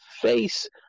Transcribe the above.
face